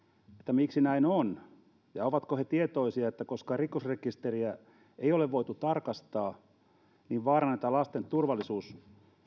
miksi näin on ja ovatko he tietoisia siitä että koska rikosrekisteriä ei ole voitu tarkastaa niin vaarannetaan lasten turvallisuus